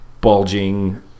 bulging